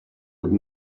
would